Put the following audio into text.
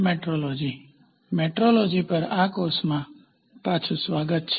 metrology પર આ કોર્સમાં પાછું સ્વાગત છે